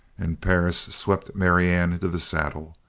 and perris swept marianne into the saddle.